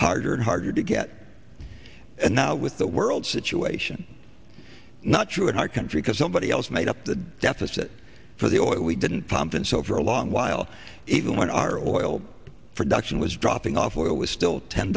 harder and harder to get and now with the world situation not true in our country because somebody else made up the deficit for the oil we didn't pump and so for a long while even when our oil production was dropping off oil was still ten